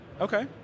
Okay